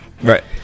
Right